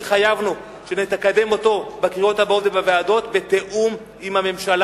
התחייבנו שנקדם אותו בקריאות הבאות ובוועדות בתיאום עם הממשלה,